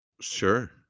Sure